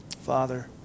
Father